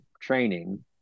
training